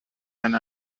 and